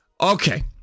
Okay